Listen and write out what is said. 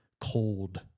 cold